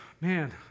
man